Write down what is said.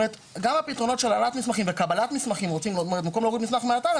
גם בפתרונות של קבלת מסמכים ושליחת מסמכים כשרוצים להוריד מסמך מהאתר,